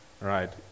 right